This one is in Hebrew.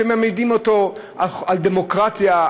שמלמדים אותו על דמוקרטיה,